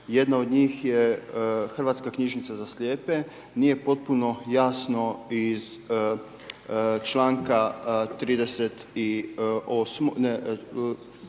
Jedna od njih je Hrvatska knjižnica za slijepe, nije potpuno jasno iz članka 38.,